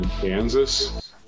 Kansas